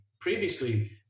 previously